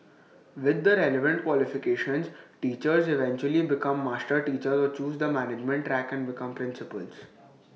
with the relevant qualifications teachers eventually become master teachers or choose the management track and become principals